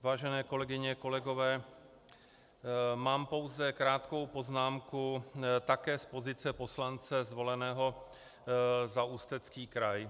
Vážené kolegyně, kolegové, mám pouze krátkou poznámku také z pozice poslance zvoleného za Ústecký kraj.